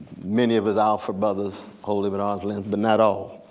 many of his alpha brothers hold him at arm's length, but not all,